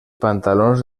pantalons